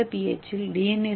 குறைந்த pH இல் D